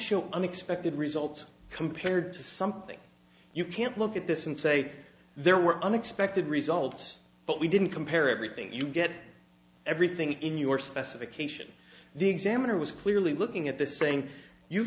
show unexpected results compared to something you can't look at this and say there were unexpected results but we didn't compare everything you get everything in your specification the examiner was clearly looking at this saying you